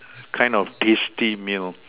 kind of tasty meal